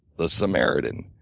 the samaritan.